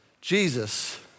Jesus